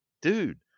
dude